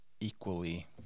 equally